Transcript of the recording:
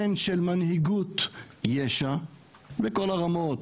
הן של מנהיגות ישע בכל הרמות,